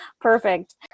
Perfect